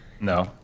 No